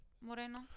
Moreno